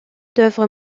d’œuvres